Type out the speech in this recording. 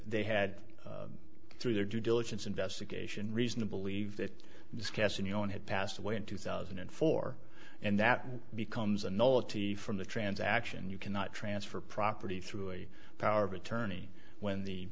they had through their due diligence investigation reason to believe that this cas in your own had passed away in two thousand and four and that becomes an old t from the transaction you cannot transfer property through a power of attorney when the